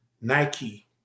Nike